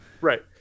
Right